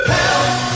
Help